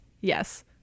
yes